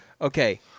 okay